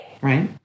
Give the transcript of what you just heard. Right